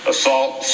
Assault